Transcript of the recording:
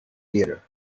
theater